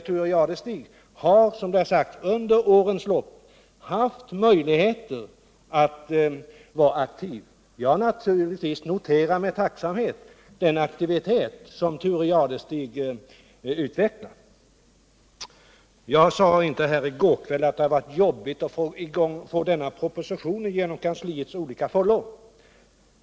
Som sagts här tidigare har det funnits möjligheter för Thure Jadestig att under årens lopp vara aktiv i den här frågan. Jag sade inte vid gårdagens debatt att det varit jobbigt att få denna proposition genom regeringskansliets olika fållor.